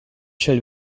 shall